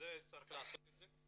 צריך לעשות את זה.